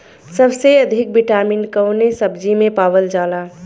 सबसे अधिक विटामिन कवने सब्जी में पावल जाला?